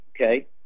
okay